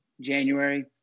January